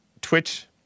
twitch